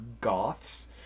goths